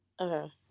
Okay